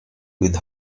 with